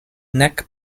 nek